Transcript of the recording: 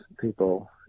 people